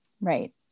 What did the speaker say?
right